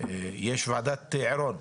יש ועדת עירון,